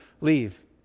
leave